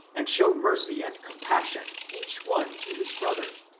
and show mercy and compassion each one to his brother.